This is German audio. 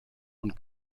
und